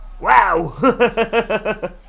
Wow